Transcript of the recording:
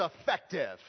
effective